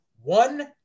one